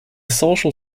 social